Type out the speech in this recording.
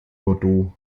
bordeaux